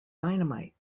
dynamite